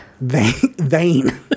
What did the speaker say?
Vain